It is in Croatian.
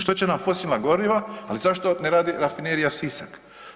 Što će nam fosilna goriva ali zašto ne radi rafinerija Sisak?